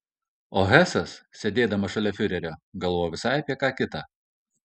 o hesas sėdėdamas šalia fiurerio galvojo visai apie ką kitą